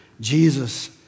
Jesus